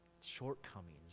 shortcomings